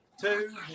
two